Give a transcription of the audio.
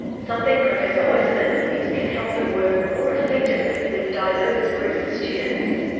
something professor oyserman believes can help them work more effectively with diverse groups of students.